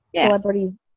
celebrities